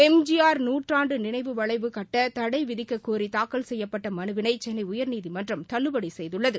எம்ஜிஆர் நூற்றாண்டு நினைவு வளைவு கட்ட தடை விதிக்கக் கோரி தாக்கல் செய்யப்பட்ட மனுவினை சென்னை உயர்நீதிமன்றம் தள்ளுபடி செய்துள்ளது